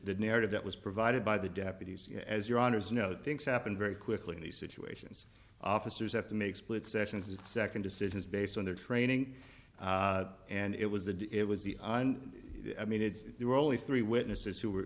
the narrative that was provided by the deputies as your honour's know things happened very quickly in these situations officers have to make split sessions a second decisions based on their training and it was the it was the on i mean it's there were only three witnesses who were